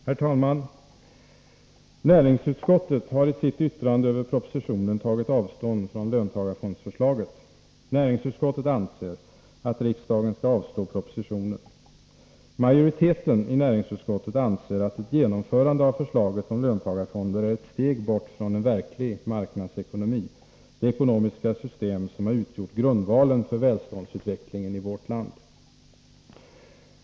Herr talman! Näringsutskottet har i sitt yttrande över propositionen tagit avstånd från löntagarfondsförslaget. Näringsutskottet anser att riksdagen skall avslå propositionen. Majoriteten i näringsutskottet anser att ett genomförande av förslaget om löntagarfonder är ett steg bort från en verklig marknadsekonomi, det ekonomiska system som har utgjort grundvalen för välståndsutvecklingen i vårt land.